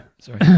Sorry